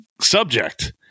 subject